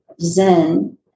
zen